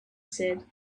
said